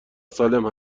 سالم